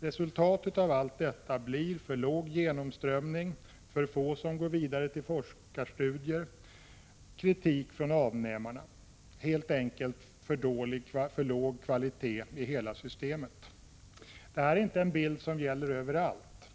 Resultatet av allt detta blir för låg genomströmning, för få som går vidare till forskarstudier, kritik från avnämarna — helt enkelt för låg kvalitet i hela systemet. Detta är inte en bild som gäller överallt.